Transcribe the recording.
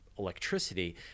electricity